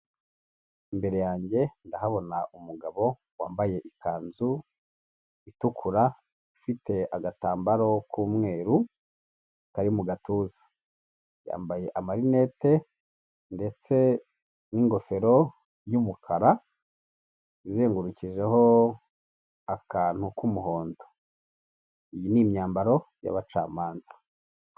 Imbere yanjye ndahabona umugabo wambaye ikanzu itukura ifite agatambaro k'umweru kari mu gatuza, yambaye amarinete ndetse n'ingofero y'umukara izengurukijeho akantu k'umuhondo iyi ni imyambaro y'abacamanza.